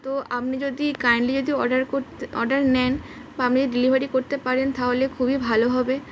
তো আপনি যদি কাইন্ডলি যদি অর্ডার করতে অর্ডার নেন বা আপনি যদি ডেলিভারি করতে পারেন তাহলে খুবই ভালো হবে